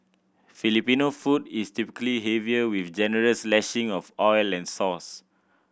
Filipino food is typically heavier with generous lashing of oil and sauce